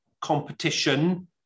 competition